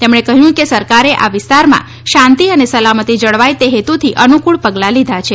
તેમણે કહ્યું કે સરકારે આ વિસ્તારમાં શાંતિ અને સલામતી જળવાય તે હેતુથી અનૂકૂળ પગલાં લીધા છે